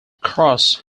cross